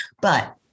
but-